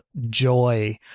joy